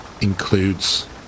includes